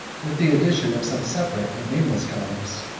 with the addition of some separate and nameless columns,